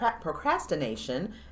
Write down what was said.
procrastination